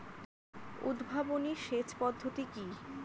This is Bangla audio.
উদ্ভাবনী সেচ পদ্ধতি কি?